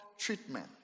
treatment